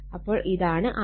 അപ്പോൾ ഇതാണ് RL